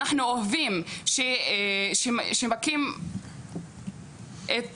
אנחנו אוהבים שמכים את נשותינו.